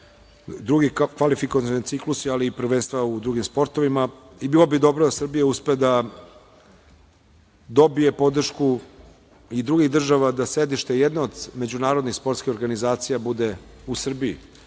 drugi kvalifikacioni ciklusi, ali i prvenstva u drugim sportovima. Bilo bi dobro da Srbija uspe da dobije podršku i drugih država da sedište jedne od međunarodnih sportskih organizacija bude u Srbiji,